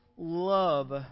Love